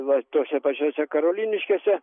va tose pačiose karoliniškėse